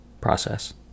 process